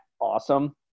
awesome